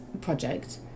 project